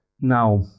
Now